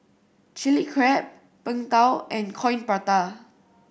Chilli Crab Png Tao and Coin Prata